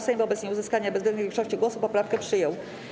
Sejm wobec nieuzyskania bezwzględnej większości głosów poprawkę przyjął.